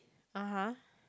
(uh huh)